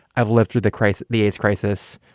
i've lived through the christ the aids crisis.